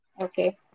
Okay